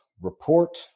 report